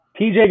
TJ